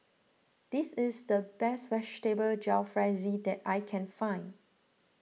this is the best Vegetable Jalfrezi that I can find